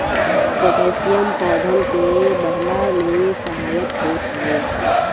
potassium पौधन के बढ़ला में सहायक होत हवे